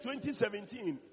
2017